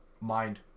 Mind